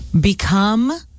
Become